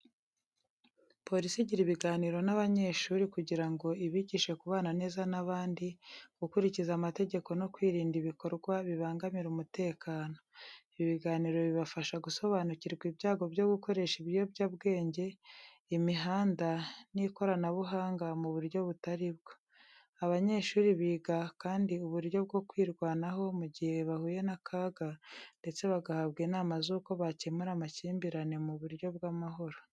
Polisi igira ibiganiro n’abanyeshuri kugira ngo ibigishe kubana neza n’abandi, gukurikiza amategeko no kwirinda ibikorwa bibangamira umutekano. Ibi biganiro bibafasha gusobanukirwa ibyago byo gukoresha ibiyobyabwenge, imihanda, n’ikoranabuhanga mu buryo butari bwo. Abanyeshuri biga kandi uburyo bwo kwirwanaho mu gihe bahuye n’akaga, ndetse bagahabwa inama z’uko bakemura amakimbirane mu buryo bw’amahoro.